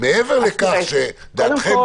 מעבר לכך שדעתכם,